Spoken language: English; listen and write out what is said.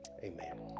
Amen